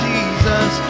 Jesus